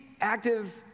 active